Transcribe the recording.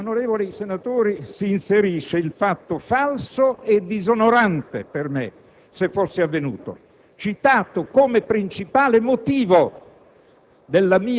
E qui, onorevoli senatori, si inserisce il fatto falso e disonorante per me, se fosse avvenuto, citato come principale motivo